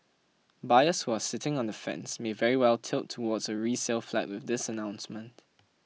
buyers who are sitting on the fence may very well tilt towards a resale flat with this announcement